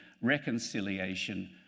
reconciliation